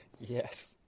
Yes